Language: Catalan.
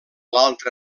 l’altra